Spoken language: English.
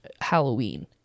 halloween